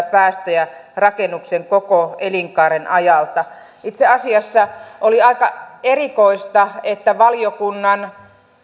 päästöjä rakennuksen koko elinkaaren ajalta itse asiassa oli aika erikoista että valiokunnan